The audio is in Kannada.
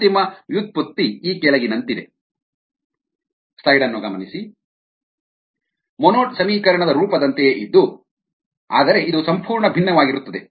ಅಂತಿಮ ವ್ಯುತ್ಪತ್ತಿ ಈ ಕೆಳಗಿನಂತಿದೆ ಅಂದರೆ ಮೊನೊಡ್ ಸಮೀಕರಣದ ರೂಪದಂತೆಯೇ ಇದ್ದು ಆದರೆ ಇದು ಸಂಪೂರ್ಣವಾಗಿ ಭಿನ್ನವಾಗಿರುತ್ತದೆ